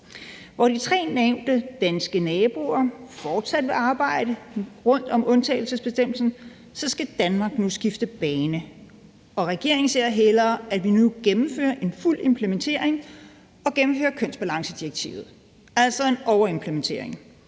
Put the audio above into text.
Hvor de tre nævnte naboer til Danmark fortsat vil arbejde rundt om undtagelsesbestemmelsen, skal Danmark nu skifte bane, og regeringen ser hellere, at vi nu gennemfører en fuld implementering og gennemfører kønsbalancedirektivet, altså en overimplementering.